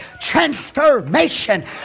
transformation